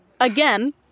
Again